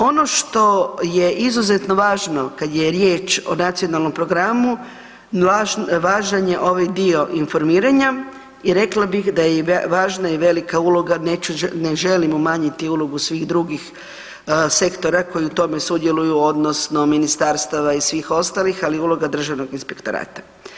Ono što je izuzetno važno kad je riječ o nacionalnom programu važan je ovaj dio informiranja i rekla bih da je i važna i velika uloga, neću, ne želim umanjiti ulogu svih drugih sektora koji u tom sudjeluju odnosno ministarstava i svih ostalih, ali i uloga državnog inspektorata.